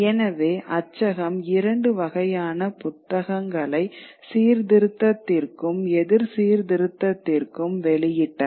எனவே அச்சகம் இரண்டு வகையான புத்தகங்களை சீர்திருத்தத்திற்கும் எதிர் சீர்திருத்தத்திற்கும் வெளியிட்டன